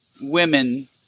women